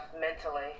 mentally